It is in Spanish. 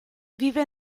vive